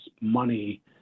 money